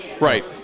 right